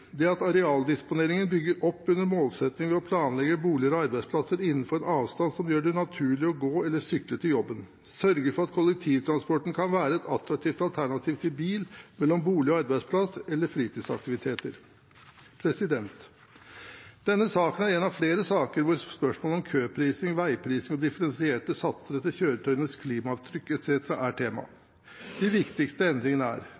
det at arealdisponeringen bygger opp under målsettingen ved å planlegge boliger og arbeidsplasser innenfor en avstand som gjør det naturlig å gå eller sykle til jobben sørge for at kollektivtransporten kan være et attraktivt alternativ til bil mellom bolig og arbeidsplass eller fritidsaktiviteter Denne saken er en av flere saker hvor spørsmålet om køprising, veiprising og differensierte satser etter kjøretøyenes klimaavtrykk etc. er tema. De viktigste endringene er